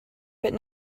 but